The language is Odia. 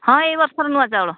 ହଁ ଏଇ ବର୍ଷର ନୂଆ ଚାଉଳ